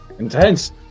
Intense